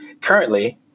currently